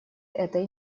этой